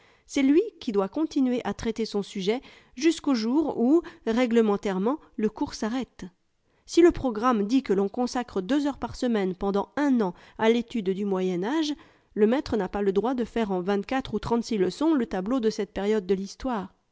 c'est lui qui doit continuer à traiter son sujet jusqu'au jour où réglementairement le cours s'arrête si le programme dit que l'on consacre deux heures par semaine pendant un an à l'étude du moyen àg e le maître n'a pas le droit de faire en ou leçons le tableau de cette période de l'histoire